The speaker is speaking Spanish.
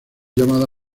llamado